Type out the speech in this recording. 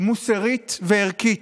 מוסרית וערכית.